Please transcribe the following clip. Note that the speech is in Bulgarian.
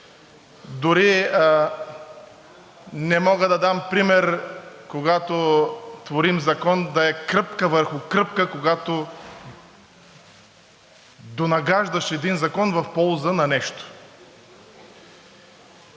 Дори не мога да дам пример, когато творим закон да е кръпка върху кръпка, когато донагаждаш един закон в полза на нещо.